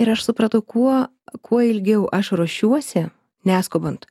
ir aš supratau kuo kuo ilgiau aš ruošiuosi neskubant